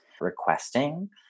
requesting